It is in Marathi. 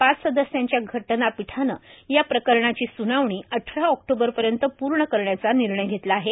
पाच सदस्यांच्या घटनापीठानं या प्रकरणाची सुनावणी अठरा ऑक्टोबरपर्यंत पूर्ण करण्याचा निर्णय घेतला आहे